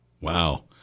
Wow